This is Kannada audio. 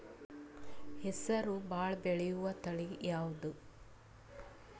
ಹೆಸರು ಭಾಳ ಬೆಳೆಯುವತಳಿ ಯಾವದು?